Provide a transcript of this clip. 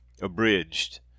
Abridged